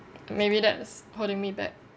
maybe that's holding me back